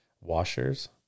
washers